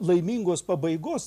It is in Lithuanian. laimingos pabaigos